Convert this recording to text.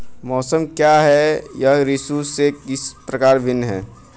मौसम क्या है यह ऋतु से किस प्रकार भिन्न है?